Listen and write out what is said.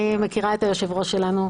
אני מכירה את היושב-ראש שלנו,